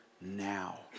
now